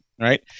right